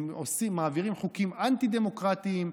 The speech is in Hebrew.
הם מעבירים חוקים אנטי-דמוקרטיים,